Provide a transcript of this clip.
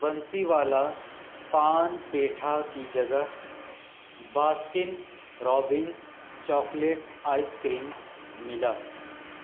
بنسی والا پان پیٹھا کی جگہ Baskin Robbins chocolate ice cream ملا